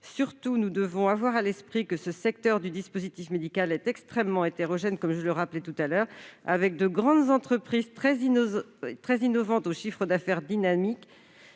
Surtout, nous devons l'avoir à l'esprit, ce secteur du dispositif médical est extrêmement hétérogène, comme je l'ai rappelé tout à l'heure, avec de grandes entreprises très innovantes, au chiffre d'affaires dynamique,